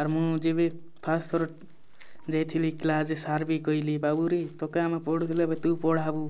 ଆର୍ ମୁଁ ଯେବେ ଫାର୍ଷ୍ଟ୍ ଥର ଯାଇଥିଲି କ୍ଲାସ୍ ସାର୍ ବି କହିଲେ ବାବୁରେ ତୋକେ ଆମେ ପଢ଼ଉଥିଲୁ ଏବେ ତୁଇ ପଢ଼ାବୁ